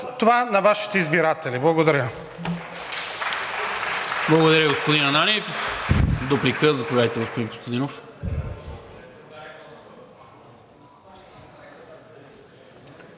това на Вашите избиратели. Благодаря.